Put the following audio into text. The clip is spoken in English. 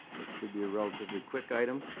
it should be a relatively quick item.